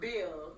Bill